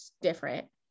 different